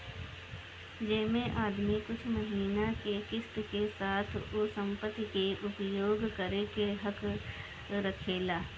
जेमे आदमी कुछ महिना के किस्त के साथ उ संपत्ति के उपयोग करे के हक रखेला